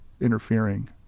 interfering